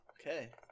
Okay